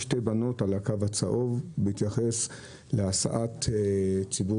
שתי בנות על הקו הצהוב בהתייחס להסעת ציבור